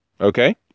Okay